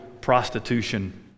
prostitution